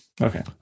okay